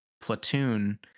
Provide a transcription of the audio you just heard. platoon